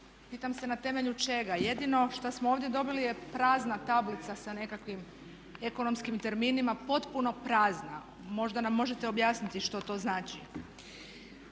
pitam se na temelju čega? Jedino što smo ovdje dobili je prazna tablica sa nekakvim ekonomskim terminima potpuno prazna, možda nam možete objasniti što to znači?